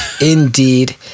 indeed